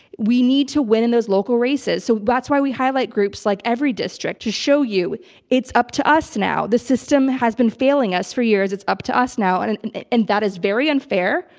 we need to win in those local races. so that's why we highlight groups like every district, to show you it's up to us now. the system has been failing us for years. it's up to us now and and and that is very unfair.